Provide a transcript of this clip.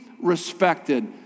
respected